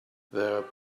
there